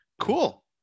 Cool